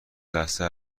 لثه